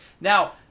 now